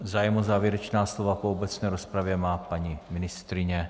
Zájem o závěrečná slova po obecné rozpravě má paní ministryně.